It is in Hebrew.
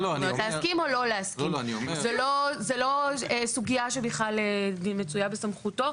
זאת לא סוגיה שמצויה בסמכותו.